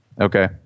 Okay